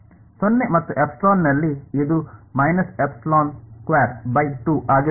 0 ಮತ್ತು ε ನಲ್ಲಿ ಅದು ಆಗಿರುತ್ತದೆ